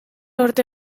urte